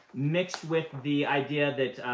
mixed with the idea that